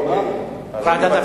אוקיי.